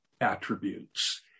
attributes